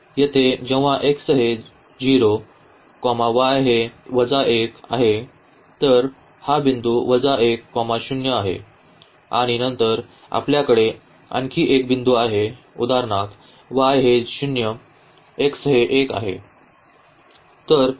येथे जेव्हा x हे 0 y हे 1 आहे तर हा बिंदू 10 आहे आणि नंतर आपल्याकडे आणखी एक बिंदू आहे उदाहरणार्थ y हे 0 x हे 1 आहे